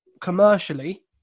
commercially